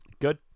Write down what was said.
Good